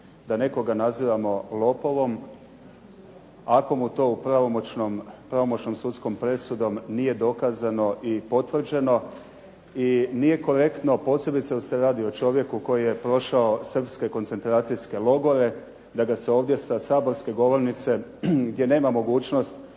da nekoga nazivamo lopovom ako mu to pravomoćnom sudskom presudom nije dokazano i potvrđeno i nije korektno, posebice jer se radi o čovjeku koji je prošao srpske koncentracijske logore, da ga se ovdje sa saborske govornice gdje nema mogućnost